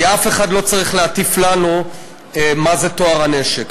כי אף אחד לא צריך להטיף לנו מה זה טוהר הנשק.